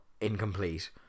incomplete